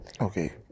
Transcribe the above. Okay